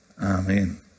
Amen